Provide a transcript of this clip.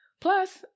Plus